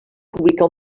publicar